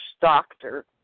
doctor